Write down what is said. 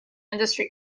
industry